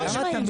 כן.